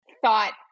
thought